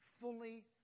fully